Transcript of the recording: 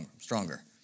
stronger